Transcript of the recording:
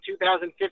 2015